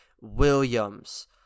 williams